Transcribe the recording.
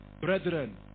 Brethren